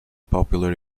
popular